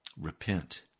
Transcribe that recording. repent